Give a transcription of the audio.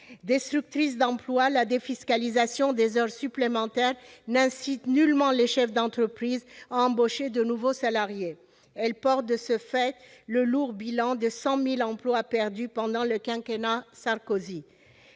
Destructrice d'emplois, la défiscalisation des heures supplémentaires n'incite nullement les chefs d'entreprise à embaucher de nouveaux salariés. Le bilan est lourd, avec 100 000 emplois perdus pendant le quinquennat de